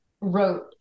wrote